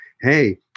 Hey